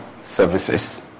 services